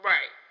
Right